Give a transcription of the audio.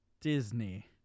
Disney